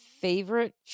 favorite